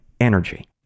energy